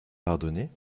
pardonner